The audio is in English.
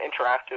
interactive